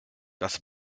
das